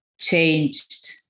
changed